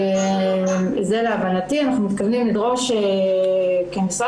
זה להבנתי אנחנו מתכוונים לדרוש כמשרד.